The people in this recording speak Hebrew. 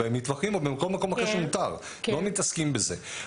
במטווחים או בכל מקום אחר שמותר - לא מתעסקים בזה,